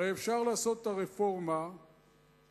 הרי אפשר לעשות את הרפורמה כולה,